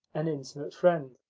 an intimate friend,